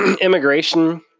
Immigration